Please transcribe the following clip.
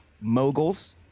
moguls